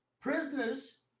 prisoners